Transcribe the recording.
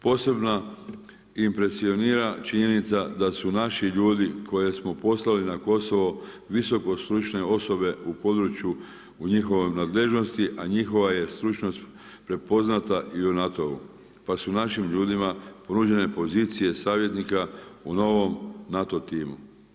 Posebno impresionira činjenica da su naši ljudi koje smo poslali na Kosovo visokostručne osobe u području u njihovoj nadležnosti, a njihova je stručnost prepoznata i u NATO-u, pa su našim ljudima ponuđene pozicije savjetnika u novom NATO timu.